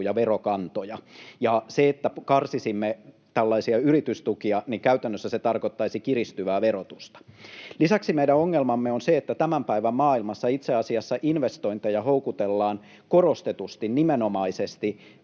verokantoja, ja se, että karsisimme tällaisia yritystukia, käytännössä tarkoittaisi kiristyvää verotusta. Lisäksi meidän ongelmamme on, että tämän päivän maailmassa itse asiassa investointeja houkutellaan korostetusti nimenomaisesti